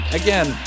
again